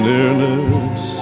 Nearness